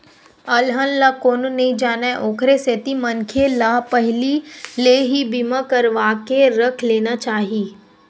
अलहन ला कोनो नइ जानय ओखरे सेती मनखे ल पहिली ले ही बीमा करवाके रख लेना चाही